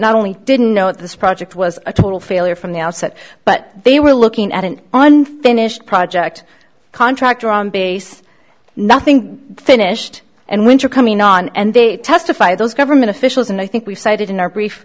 not only didn't know this project was a total failure from the outset but they were looking at an unfinished project contractor on base nothing finished and winter coming on and they testify those government officials and i think we've cited in our brief